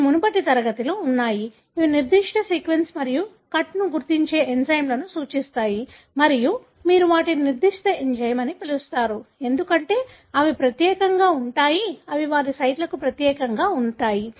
ఇవి మునుపటి తరగతిలో ఉన్నాయి ఇవి నిర్దిష్ట సీక్వెన్స్ మరియు కట్ను గుర్తించే ఎంజైమ్లను సూచిస్తాయి మరియు మీరు వాటిని నిర్ధిష్ట ఎంజైమ్ అని పిలుస్తారు ఎందుకంటే అవి ప్రత్యేకంగా ఉంటాయి అవి వారి సైట్లకు ప్రత్యేకంగా ఉంటాయి